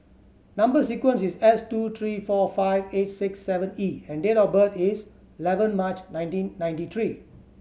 number sequence is S two three four five eight six seven E and date of birth is eleven March nineteen ninety three